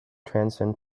transcend